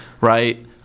right